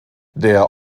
der